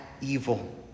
evil